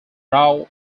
rao